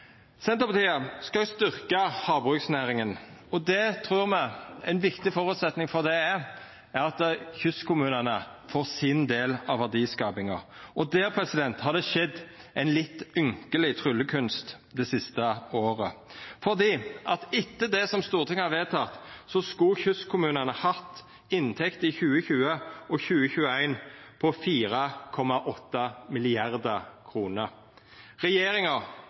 Senterpartiet skal styrkja havbruksnæringa, og me trur ein viktig føresetnad for det er at kystkommunane får sin del av verdiskapinga. Der har det skjedd ein litt ynkeleg tryllekunst det siste året, for etter det Stortinget har vedteke, skulle kystkommunane hatt ei inntekt i 2020 og 2021 på 4,8 mrd. kr. Regjeringa